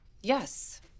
Yes